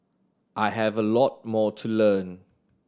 I have a lot more to learn